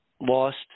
lost